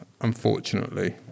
unfortunately